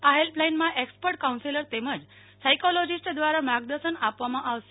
આ હેલ્પલાઇનમાં expert counsellor તેમજ સાયકોલોજીસ્ટ દ્વારા માર્ગદર્શન આપવામાં આવશે